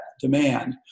demand